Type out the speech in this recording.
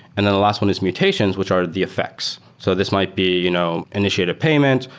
and then the last one is mutations, which are the effects. so this might be you know initiated payment,